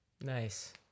Nice